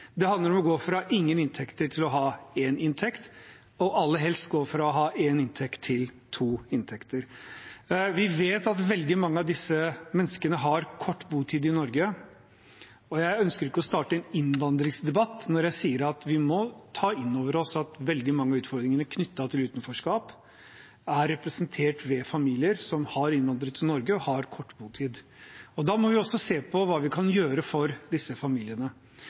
Det handler om å gå fra ingen inntekter til å ha én inntekt og aller helst gå fra å ha én inntekt til å ha to inntekter. Vi vet at veldig mange av disse menneskene har kort botid i Norge. Jeg ønsker ikke å starte en innvandringsdebatt når jeg sier at vi må ta inn over oss at veldig mange av utfordringene knyttet til utenforskap er representert ved familier som har innvandret til Norge, og har kort botid. Da må vi også se på hva vi kan gjøre for disse familiene.